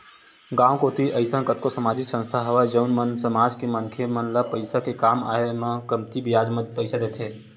गाँव कोती अइसन कतको समाजिक संस्था हवय जउन मन समाज के मनखे मन ल पइसा के काम आय म कमती बियाज म पइसा देथे